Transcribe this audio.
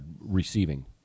receiving